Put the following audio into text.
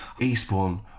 Eastbourne